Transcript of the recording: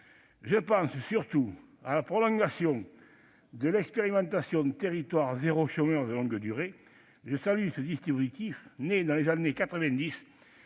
Je pense surtout à la prolongation de l'expérimentation « territoires zéro chômeur de longue durée ». Je salue ce dispositif, né dans les années 1990